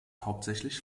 hauptsächlich